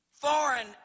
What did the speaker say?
foreign